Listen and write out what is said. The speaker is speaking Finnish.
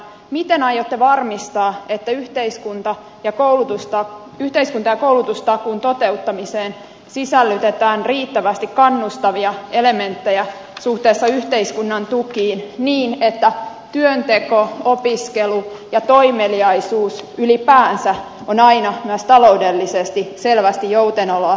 miten aiotte varmistaa että yhteiskunta ja koulutustakuun toteuttamiseen sisällytetään riittävästi kannustavia elementtejä suhteessa yhteiskunnan tukiin niin että työnteko opiskelu ja toimeliaisuus ylipäänsä on aina myös taloudellisesti selvästi joutenoloa kannattavampi vaihtoehto